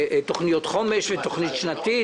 תוכניות חומש ותוכנית שנתית,